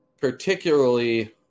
particularly